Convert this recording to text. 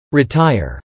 retire